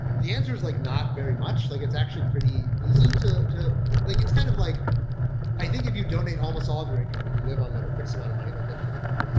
the answer is like not very much. like it's actually pretty easy to to like it's kind of like i think if you donate almost all of your income and you live on like a fixed amount of money, like that's pretty hard.